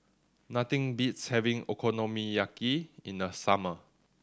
nothing beats having Okonomiyaki in the summer